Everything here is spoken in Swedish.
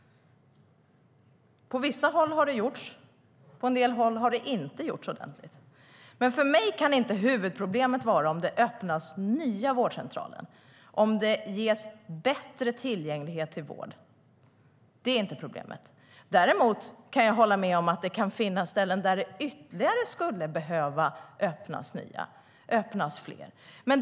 På vissa håll har det gjorts, på en del håll har det inte gjorts ordentligt. För mig kan huvudproblemet inte vara om det öppnas nya vårdcentraler, om det ges bättre tillgänglighet till vård. Det är inte problemet. Däremot kan jag hålla med om att det kan finnas ställen där det skulle behöva öppnas nya vårdcentraler, ytterligare vårdcentraler.